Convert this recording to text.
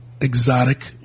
exotic